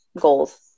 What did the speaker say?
goals